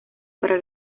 para